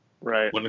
Right